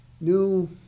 new